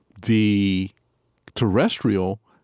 the terrestrial,